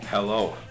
Hello